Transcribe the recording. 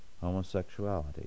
homosexuality